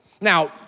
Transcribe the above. Now